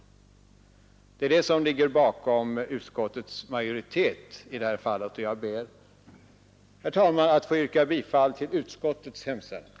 Det är detta som ligger bakom utskottsmajoritetens uttalande. Jag ber, herr talman, att få yrka bifall till utskottets hemställan.